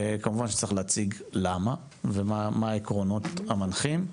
כמובן שצריך להציג למה ומה העקרונות המנחים,